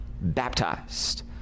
baptized